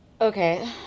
Okay